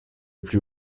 plus